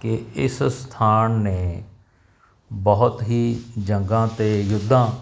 ਕਿ ਇਸ ਸਥਾਨ ਨੇ ਬਹੁਤ ਹੀ ਜੰਗਾਂ ਤੇ ਯੁੱਧਾਂ